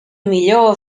millor